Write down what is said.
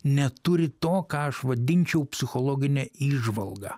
neturi to ką aš vadinčiau psichologine įžvalga